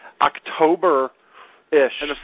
October-ish